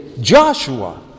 Joshua